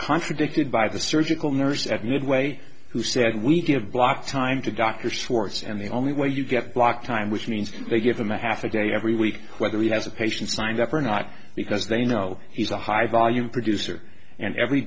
contradicted by the surgical nurse at midway who said we'd give block time to dr swartz and the only way you get block time which means they give them a half a day every week whether he has a patient signed up or not because they know he's a high volume producer and every